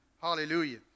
Hallelujah